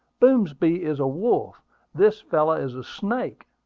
boomsby is a wolf this fellow is a snake.